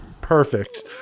Perfect